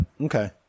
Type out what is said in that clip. Okay